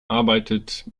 arbeitet